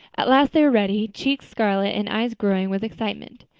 at last they were ready, cheeks scarlet and eyes glowing with excitement.